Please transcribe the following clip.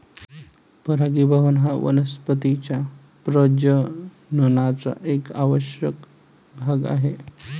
परागीभवन हा वनस्पतीं च्या प्रजननाचा एक आवश्यक भाग आहे